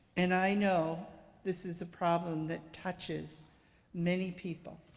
and i know this is a problem that touches many people.